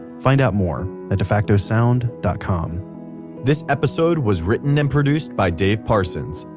find out more at defacto sound dot com this episode was written and produced by dave parsons.